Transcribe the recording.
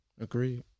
agreed